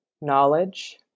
knowledge